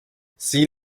sie